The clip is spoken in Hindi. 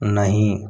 नहीं